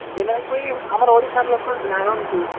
ଦେଲେ ମୁଇଁ ଆମର ଓଡ଼ିଶାର ଲୋକ ଜାଣନ୍ତୁ